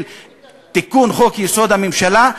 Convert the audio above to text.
של תיקון חוק-יסוד: הממשלה,